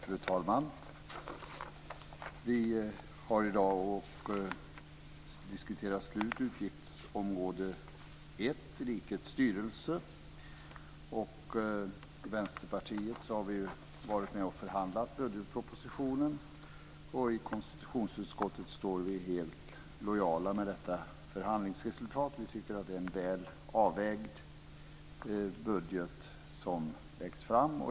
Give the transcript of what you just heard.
Fru talman! Vi har i dag diskuterat utgiftsområde 1 Rikets styrelse, och Vänsterpartiet har varit med och förhandlat om budgetpropositionen. I konstitutionsutskottet står vi helt lojala med detta förhandlingsresultat. Vi tycker att det är en väl avvägd budget som läggs fram.